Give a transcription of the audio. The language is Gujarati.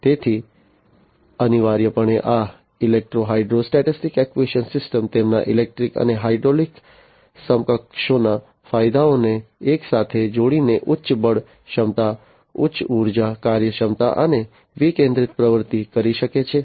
તેથી અનિવાર્યપણે આ ઇલેક્ટ્રો હાઇડ્રોસ્ટેટિક એક્ટ્યુએશન સિસ્ટમ્સ તેમના ઇલેક્ટ્રિક અને હાઇડ્રોલિક સમકક્ષોના ફાયદાઓને એકસાથે જોડીને ઉચ્ચ બળ ક્ષમતા ઉચ્ચ ઊર્જા કાર્યક્ષમતા અને વિકેન્દ્રિત પ્રવૃતિ કરી શકે છે